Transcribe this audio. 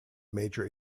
major